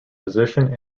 position